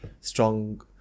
strong